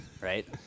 right